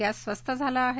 gas स्वस्त झाला आहे